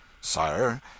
Sire